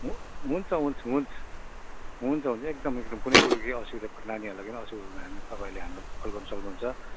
हु हुन्छ हुन्छ हुन्छ हुन्छ हुन्छ एकदम एकदम कुनै कुरोको केही असुविधा भयो भने नानीहरूलाई केही असुविधा भयो भने तपाईँहरूले हामीलाई कल गर्न सक्नुहुन्छ